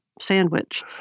sandwich